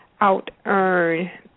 out-earn